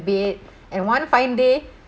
bed and one fine day